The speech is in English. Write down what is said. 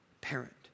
parent